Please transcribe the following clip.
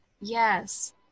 Yes